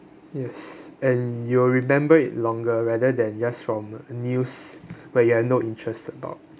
yes and you will remember it longer rather than just from news where you have no interest at all